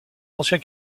ancien